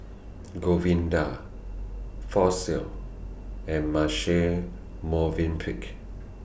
Govinda Fossil and Marche Movenpick